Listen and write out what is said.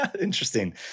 Interesting